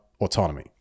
autonomy